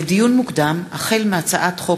לדיון מוקדם: החל בהצעת חוק